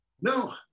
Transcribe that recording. No